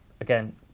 Again